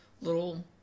little